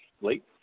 late